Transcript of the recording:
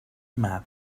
mad